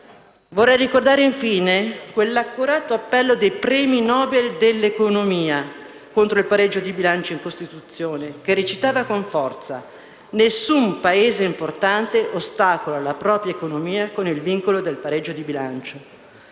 infine ricordare quell'accorato appello dei premi Nobel dell'economia contro il pareggio di bilancio in Costituzione, il quale recitava con forza che nessun Paese importante ostacola la propria economia con il vincolo del pareggio di bilancio.